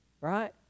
Right